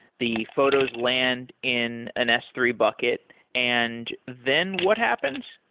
the photos land in an s three bucket and then what happens?